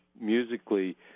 musically